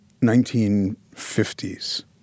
1950s